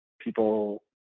people